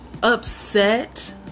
upset